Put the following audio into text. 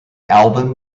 album